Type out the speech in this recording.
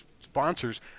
sponsors